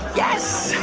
yes.